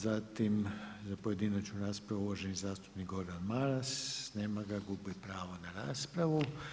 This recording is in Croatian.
Zatim za pojedinačnu raspravu uvaženi zastupnik Gordan Maras, nema ga, gubi pravo na raspravu.